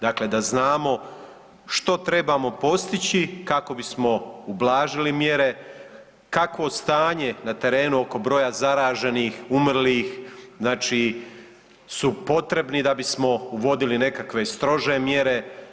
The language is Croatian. Dakle, da znamo što trebamo postići kako bismo ublažili mjere, kakvo stanje na terenu oko broja zaraženih, umrlih, znači su potrebni da bismo uvodili nekakve strože mjere.